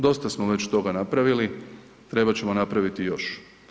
Dosta smo već toga napravili, trebat ćemo napraviti još.